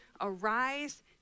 arise